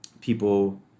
people